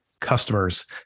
customers